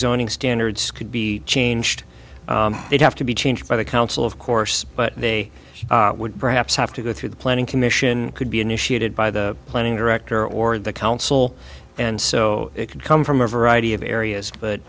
zoning standards could be changed they'd have to be changed by the council of course but they would perhaps have to go through the planning commission could be initiated by the planning director or the council and so it could come from a variety of areas